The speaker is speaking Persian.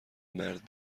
مرد